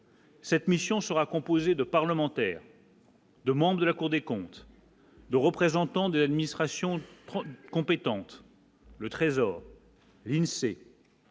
Cette mission sera composée de parlementaires. 2 membres de la Cour des comptes. Le représentant de l'administration compétente. Le Trésor l'INSEE.